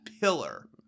pillar